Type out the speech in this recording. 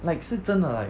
like 是真的 like